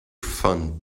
fun